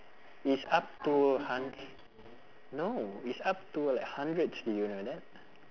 it's up to hundr~ no it's up to like hundreds do you know that